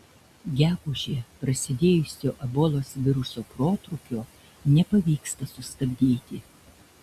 gegužę prasidėjusio ebolos viruso protrūkio nepavyksta sustabdyti